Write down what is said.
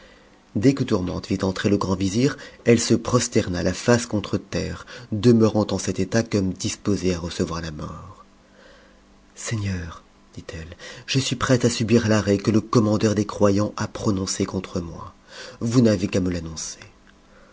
dès que tourmente vit entrer le grand vizir elle se prosterna la face contre terre demeurant en cet état comme disposée à recevoir la mort seigneur dit-elle je suis prête à subir l'arrêt que le commandeur des croyants a prononcé contre moi vous n'avez qu'à me l'annoncer